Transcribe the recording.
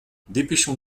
dépêchons